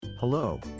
Hello